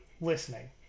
listening